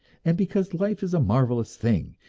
and because life is a marvelous thing,